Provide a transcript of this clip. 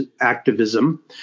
activism